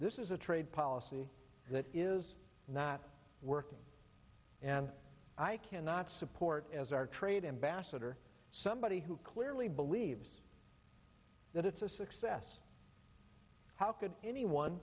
this is a trade policy that is not working and i cannot support as our trade ambassador somebody who clearly believes that it's a success how could anyone